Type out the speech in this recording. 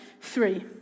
three